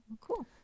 cool